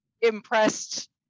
impressed